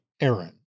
Aaron